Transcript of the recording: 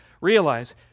realize